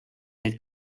neid